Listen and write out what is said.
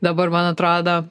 dabar man atrodo